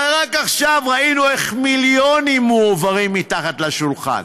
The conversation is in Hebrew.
הרי רק עכשיו ראינו איך מיליונים מועברים מתחת לשולחן.